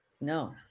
no